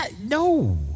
No